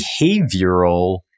behavioral